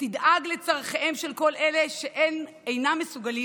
שתדאג לצורכיהם של כל אלה שאינם מסוגלים